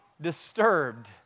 disturbed